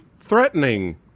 threatening